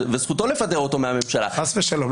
וזכותו לפטר אותו מהממשלה --- חס ושלום,